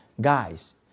Guys